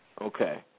Okay